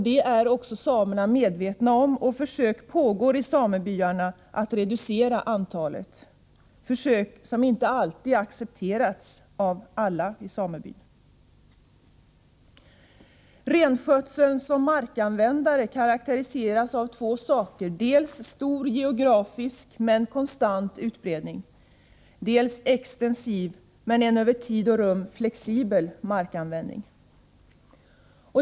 Det är också samerna medvetna om. Försök pågår i samebyarna att reducera antalet, försök som inte alltid har accepterats av alla i samebyn. Renskötseln som markanvändare karakteriseras av två saker, dels stor geografisk men konstant utbredning, dels extensiv, men över tid och rum flexibel markanvändning.